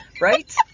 Right